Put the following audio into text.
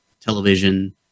television